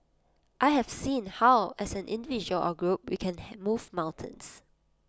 I have seen how as an individual or A group we can move mountains